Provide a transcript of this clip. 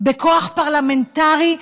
בכוח פרלמנטרי,